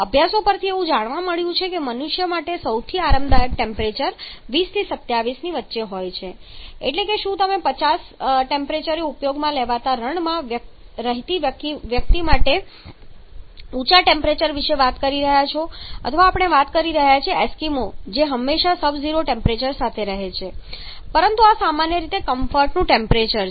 અભ્યાસો પરથી એવું જાણવા મળ્યું છે કે મનુષ્ય માટે સૌથી વધુ આરામદાયક ટેમ્પરેચર 20 થી 27 0C ની વચ્ચે હોય છે એટલે કે શું તમે 50 0C ટેમ્પરેચરે ઉપયોગમાં લેવાતા રણમાં રહેતી વ્યક્તિ માટે ઊંચા ટેમ્પરેચર વિશે વાત કરી રહ્યા છો અથવા આપણે વાત કરી રહ્યા છીએ એસ્કિમો જે હંમેશા સબ ઝીરો ટેમ્પરેચર સાથે રહે છે પરંતુ આ સામાન્ય રીતે કમ્ફર્ટનું ટેમ્પરેચર છે